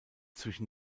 zwischen